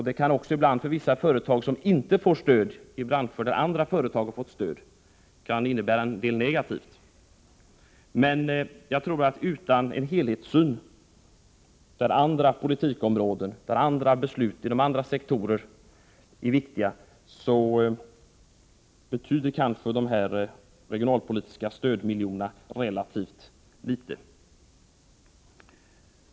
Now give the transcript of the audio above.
Det kan också ibland för vissa företag som inte får stöd i branscher där andra får stöd upplevas negativt. Men jag tror att med en helhetssyn, där andra politikområden och andra beslut inom andra sektorer är viktiga, betyder kanske dessa regionalpolitiska stödmiljoner relativt litet.